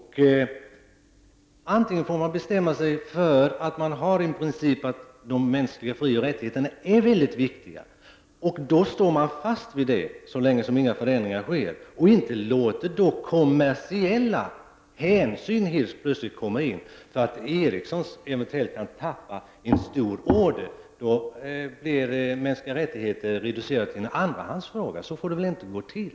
Man får alltså bestämma sig för om man skall ha som princip att de mänskliga frioch rättigheterna är väldigt viktiga, och då skall man stå fast vid den principen så länge några förändringar inte sker. Man får alltså inte låta kommersiella hänsyn helt plötsligt komma med i bilden därför att Ericsson eventuellt kan gå miste om en stor order. Då reduceras ju detta med de mänskliga rättigheterna till att bli en andrahandsfråga, och så får det väl ändå inte gå till.